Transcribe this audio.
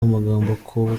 amagambo